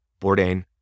Bourdain